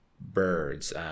birds